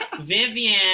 Vivian